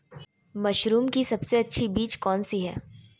Mushroom की सबसे अच्छी बीज कौन सी है?